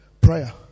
Prayer